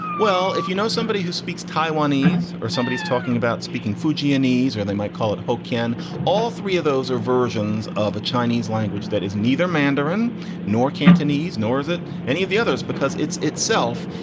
well, if you know somebody who speaks taiwanese or somebody is talking about speaking fuji annys, or they might call it hoak in all three of those are versions of a chinese language that is neither mandarin nor cantonese, nor is it any of the others because it's itself.